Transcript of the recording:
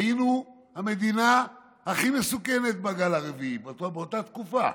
היינו המדינה הכי מסוכנת בגל הרביעי באותה תקופה,